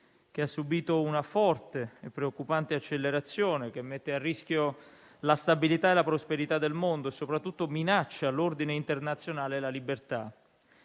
che ha subito una forte e preoccupante accelerazione, che mette a rischio la stabilità e la prosperità del mondo e, soprattutto, minaccia l'ordine internazionale e la libertà.